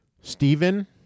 Stephen